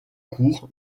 cour